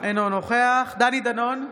אינו נוכח דני דנון,